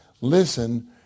listen